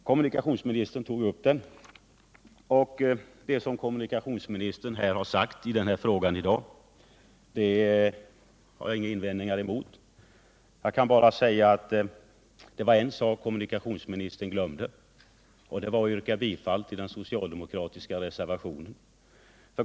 Kommunikationsministern tog emellertid upp den och mot vad han sagt har jag inga invändningar. Kommunikationsministern glömde emellertid att yrka bifall till den socialdemokratiska reservationen.